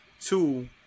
Two